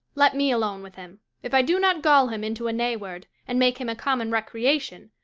let me alone with him if i do not gull him into a nayword, and make him a common recreation,